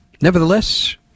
Nevertheless